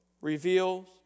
reveals